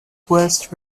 worst